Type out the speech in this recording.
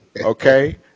Okay